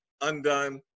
undone